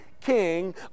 king